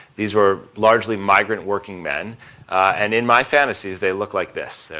these were largely migrant working men and in my fantasies, they look like this.